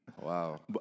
Wow